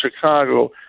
Chicago